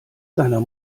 seiner